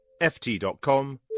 ft.com